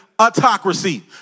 autocracy